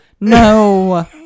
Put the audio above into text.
no